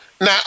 Now